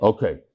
Okay